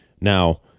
Now